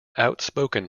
outspoken